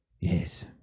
Yes